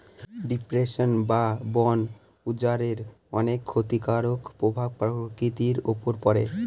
deforestation বা বন উজাড়ের অনেক ক্ষতিকারক প্রভাব প্রকৃতির উপর পড়ে